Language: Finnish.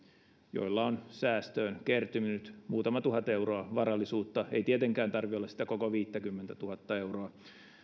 joilla on säästöön kertynyt muutama tuhat euroa varallisuutta ei tietenkään tarvitse olla sitä koko viittäkymmentätuhatta euroa